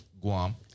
Guam